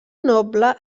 noble